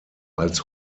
als